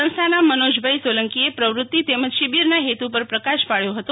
સંસ્થાના મનોજભાઈ સોલંકીએ પ્રવૃતિ તેમજ શિબિરના હેતુ પર પ્રકાશ પાડથો હતો